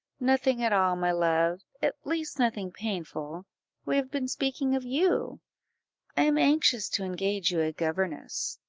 nothing at all, my love, at least nothing painful we have been speaking of you i am anxious to engage you a governess.